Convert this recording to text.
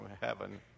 heaven